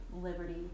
liberty